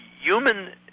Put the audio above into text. human